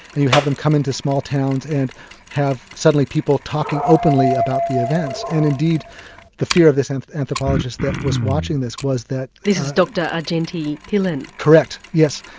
and you have them coming to small towns and have suddenly people talking openly about the events and indeed the fear of this and anthropologist that was watching this was that. this is dr argenti-pillen. correct yes.